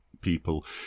people